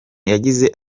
yagize